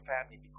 family